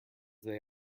they